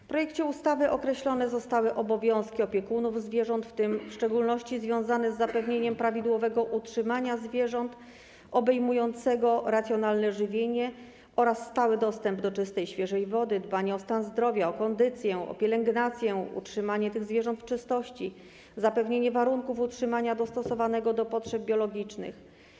W projekcie ustawy określone zostały obowiązki opiekunów zwierząt, w tym w szczególności związane z zapewnieniem prawidłowego utrzymania zwierząt obejmującego: racjonalne żywienie oraz stały dostęp do czystej i świeżej wody, dbanie o stan zdrowia i kondycję, pielęgnację, utrzymanie zwierząt w czystości i zapewnienie warunków utrzymania dostosowanych do potrzeb biologicznych.